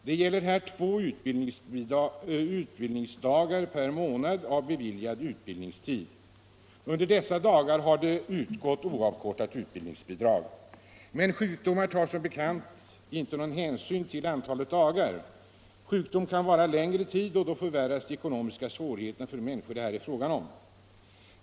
Det gäller två utbildningsdagar per månad av beviljad utbildningstid, och under dessa dagar har utgått oavkortat utbildningsbidrag. Men sjukdomar tar som bekant inte någon hänsyn till antalet dagar. Sjukdom kan vara längre tid än två dagar, och när det sker ökar de ekonomiska svårigheterna för de människor det här är fråga om.